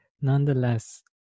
Nonetheless